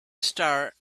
star